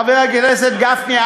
חבר הכנסת גפני,